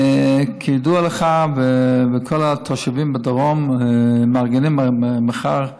כידוע לך, כל התושבים בדרום מארגנים מחר הפגנה.